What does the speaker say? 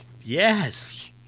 Yes